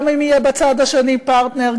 גם אם יהיה בצד השני פרטנר,